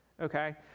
okay